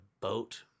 boat